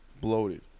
bloated